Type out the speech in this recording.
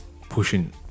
pushing